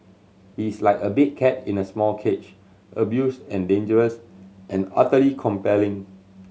he's like a big cat in a small cage abused and dangerous and utterly compelling